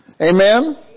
Amen